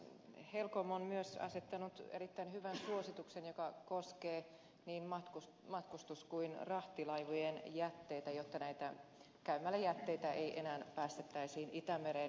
helcom on myös asettanut erittäin hyvän suosituksen joka koskee niin matkustus kuin rahtilaivojen jätteitä siitä että näitä käymäläjätteitä ei enää päästettäisi itämereen